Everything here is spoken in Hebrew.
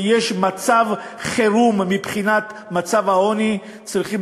כשיש מצב חירום מבחינת מצב העוני צריכים